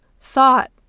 thought